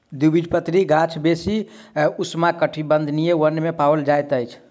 द्विबीजपत्री गाछ बेसी उष्णकटिबंधीय वन में पाओल जाइत अछि